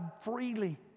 freely